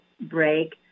break